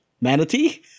Manatee